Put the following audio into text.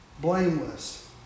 blameless